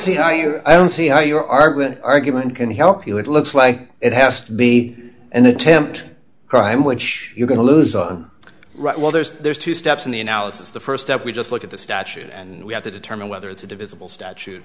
see how you i don't see how your argument argument can help you it looks like it has to be an attempt crime which you're going to lose a right well there's there's two steps in the analysis the first step we just look at the statute and we have to determine whether it's a divisible statute